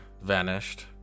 vanished